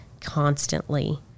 constantly